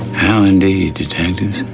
how indeed, detectives.